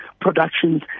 productions